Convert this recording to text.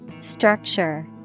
Structure